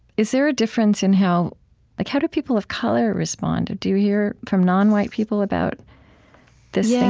is there a difference in how like how do people of color respond? do you hear from non-white people about this yeah